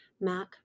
Mac